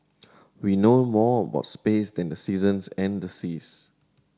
we know more about space than the seasons and the seas